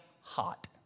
hot